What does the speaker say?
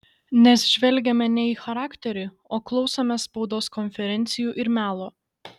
nes žvelgiame ne į charakterį o klausomės spaudos konferencijų ir melo